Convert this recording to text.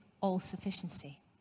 all-sufficiency